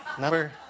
number